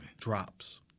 Drops